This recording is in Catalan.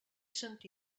sentir